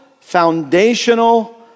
foundational